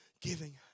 Giving